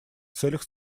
целях